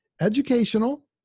educational